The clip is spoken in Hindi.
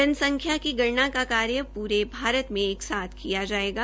जनसंख्या की गणना कार्य पूरे भारत मे एक साथ किया जायेगा